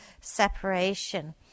separation